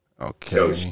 Okay